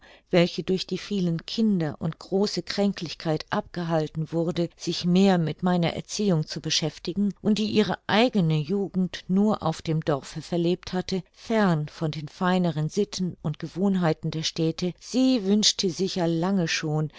welche durch die vielen kinder und große kränklichkeit abgehalten wurde sich mehr mit meiner erziehung zu beschäftigen und die ihre eigene jugend nur auf dem dorfe verlebt hatte fern von den feineren sitten und gewohnheiten der städte sie wünschte sicher lange schon